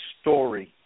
story